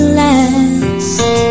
last